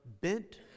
bent